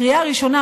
קריאה ראשונה,